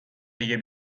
دیگه